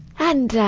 and, ah,